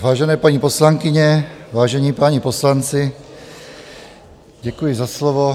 Vážené, paní poslankyně, vážení páni poslanci, děkuji za slovo.